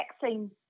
vaccine